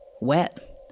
Wet